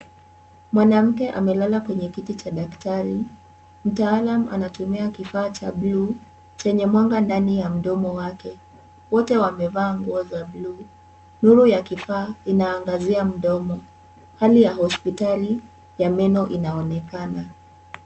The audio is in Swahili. Mwanamke amelala kwenye kiti cha daktari. Mtaalamu anatumia kifaa cha blue chenye mwanga ndani ya mdomo wake. Wote wamevaa nguo za blue . Nuru ya kifaa inaangazia mdomo. Hali ya hospitali ya meno inaonekana.